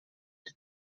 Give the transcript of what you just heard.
die